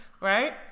Right